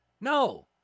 No